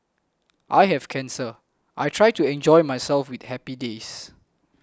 I have cancer I try to enjoy myself with happy days